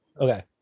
Okay